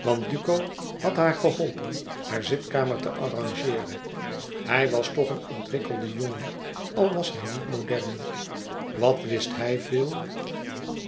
want duco had haar geholpen haar zitkamer te arrangeeren hij was toch een ontwikkelde jongen al was hij niet modern wat wist hij veel